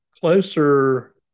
closer